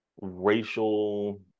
racial